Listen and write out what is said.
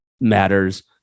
Matters